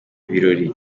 birori